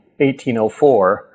1804